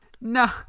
No